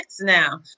now